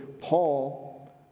Paul